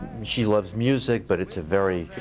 she loves music, but it's a very